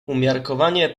umiarkowanie